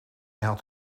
had